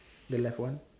the left one